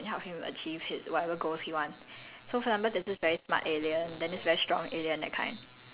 ya then he can like be whatever alien he wants and like those aliens can help him achieve his whatever goals he want